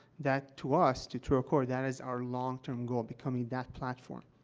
that, to us, to trueaccord, that is our long-term goal, becoming that platform.